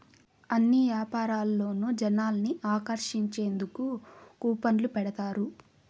అన్ని యాపారాల్లోనూ జనాల్ని ఆకర్షించేందుకు కూపన్లు పెడతారు